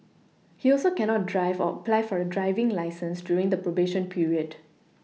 he also cannot drive or apply for a driving licence during the probation period